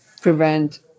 prevent